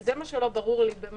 זה מה שלא ברור לי.